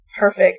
perfect